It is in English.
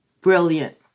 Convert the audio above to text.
Brilliant